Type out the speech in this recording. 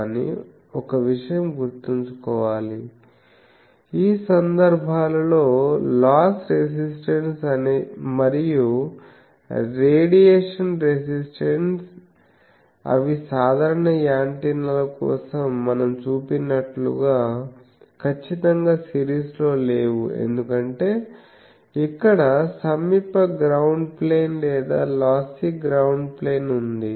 కానీ ఒక విషయం గుర్తుంచుకోవాలి ఈ సందర్భాలలో లాస్ రెసిస్టెన్స్ మరియు రేడియేషన్ రెసిస్టెన్స్ అవి సాధారణ యాంటెన్నాల కోసం మనం చూసినట్లుగా ఖచ్చితంగా సిరీస్లో లేవు ఎందుకంటే ఇక్కడ సమీప గ్రౌండ్ ప్లేన్ లేదా లాస్సీ గ్రౌండ్ ప్లేన్ ఉంది